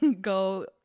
go